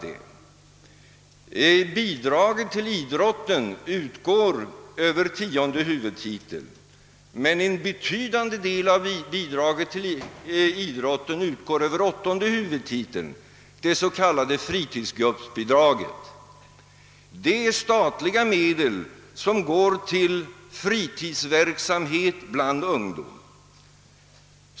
Det nu diskuterade bidraget till idrotten utgår ju under tionde huvudtiteln, men ett betydande bidrag till idrotten utgår även under åttonde huvudtiteln, dets.k. fritidsgruppsbidraget. Det är statliga medel som går till fritidsverksamhet bland ungdom.